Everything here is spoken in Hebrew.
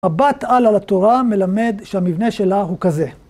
מבט עלה לתורה מלמד שהמבנה שלה הוא כזה.